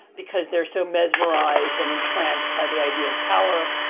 because they're so mesmerized and entranced by the idea of power,